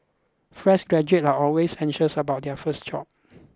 fresh graduates are always anxious about their first job